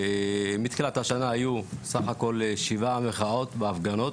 מתחילת השנה היו סך הכל שבע מחאות והפגנות,